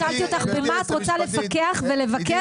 שאלתי אותך במה את רוצה לפקח ולבקר,